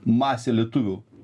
masė lietuvių